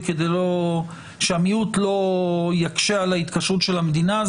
כדי שהמיעוט לא יקשה על ההתקשרות של המדינה,